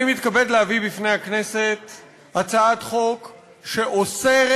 אני מתכבד להביא בפני הכנסת הצעת חוק שאוסרת